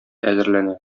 әзерләнә